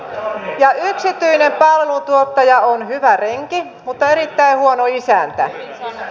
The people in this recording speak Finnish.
ja yksityinen palveluntuottaja on hyvä renki mutta erittäin huono isäntä